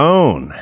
own